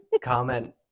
comment